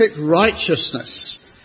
righteousness